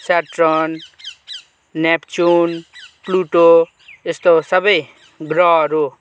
Saturn Neptune Pluto यस्तो सबै ग्रहहरू